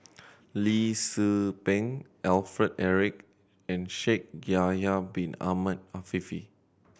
Lee Tzu Pheng Alfred Eric and Shaikh Yahya Bin Ahmed Afifi